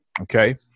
okay